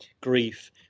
grief